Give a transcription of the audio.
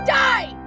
die